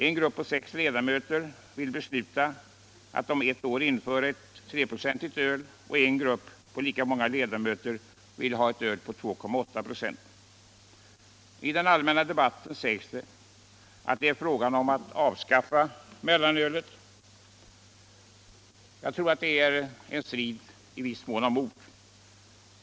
En grupp på sex ledamöter vill besluta att om eu år införa ett 3-procentigt öl och en grupp på lika många ledamöter vill ha ett öl på 2,8 viktprocent. I den allmänna debatten sägs att det är fråga om att avskaffa mellanölet. Jag tror att det i viss mån är en strid om ord.